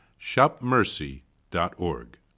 shopmercy.org